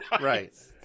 right